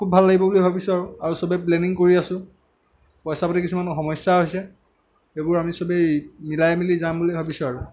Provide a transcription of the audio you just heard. খুব ভাল লাগিব বুলি ভাবিছোঁ আৰু আৰু চবেই প্লেনিং কৰি আছোঁ পইচা পাতি কিছুমানৰ সমস্যা হৈছে সেইবোৰ আমি চবেই মিলাই মিলি যাম বুলি ভাবিছোঁ আৰু